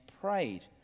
prayed